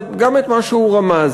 וגם את מה שהוא רמז.